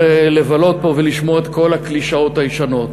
לבלות פה ולשמוע את כל הקלישאות הישנות.